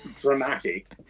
dramatic